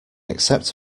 accept